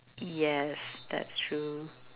yes that's true